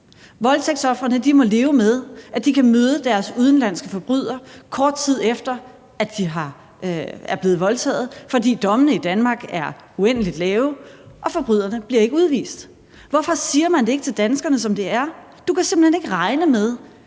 Voldtægtsofrene må leve med, at de kan møde deres udenlandske forbrydere, kort tid efter at de er blevet voldtaget, fordi dommene i Danmark er uendelig milde og forbryderne ikke bliver udvist. Hvorfor siger man det ikke til danskerne, som det er: Du kan simpelt hen ikke regne med,